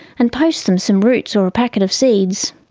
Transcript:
and post them some roots or a packet of seeds.